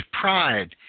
pride